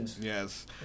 Yes